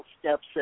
steps